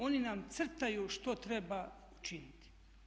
Oni nam crtaju što treba učiniti.